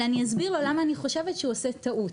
אלא אני אסביר לו למה אני חושבת שהוא גם עושה טעות.